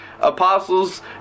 apostles